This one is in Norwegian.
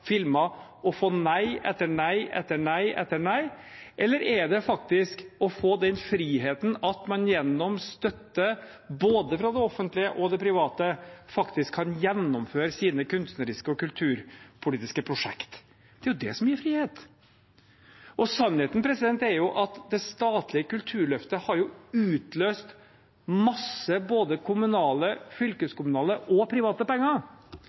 filmer og få nei etter nei etter nei? Eller er det faktisk å få den friheten gjennom støtte, både fra det offentlige og fra det private, slik at man kan gjennomføre sine kunstneriske og kulturpolitiske prosjekt? Det er jo det som gir frihet. Sannheten er at det statlige kulturløftet har utløst masse både kommunale, fylkeskommunale og private penger,